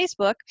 Facebook